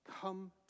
come